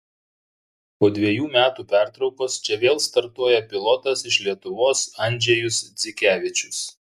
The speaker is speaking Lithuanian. po dvejų metų pertraukos čia vėl startuoja pilotas iš lietuvos andžejus dzikevičius